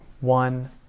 one